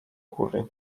góry